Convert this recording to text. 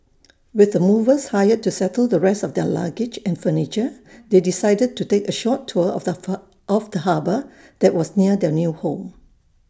with the movers hired to settle the rest of their luggage and furniture they decided to take A short tour of the fur of the harbour that was near their new home